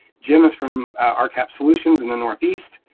jim is from um rcap solutions in the northeast.